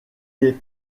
est